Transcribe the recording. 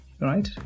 right